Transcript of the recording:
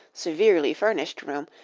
severely furnished room,